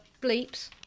bleeps